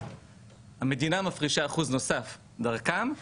המדינה מפרישה אחוז נוסף דרכם,